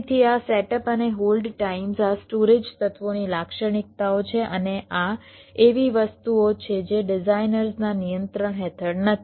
તેથી આ સેટઅપ અને હોલ્ડ ટાઇમ્સ આ સ્ટોરેજ તત્વોની લાક્ષણિકતાઓ છે અને આ એવી વસ્તુઓ છે જે ડિઝાઇનર્સ ના નિયંત્રણ હેઠળ નથી